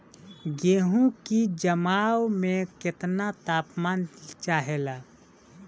गेहू की जमाव में केतना तापमान चाहेला?